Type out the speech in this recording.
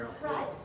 Right